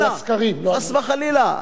חס וחלילה.